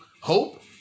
hope